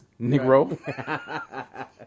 Negro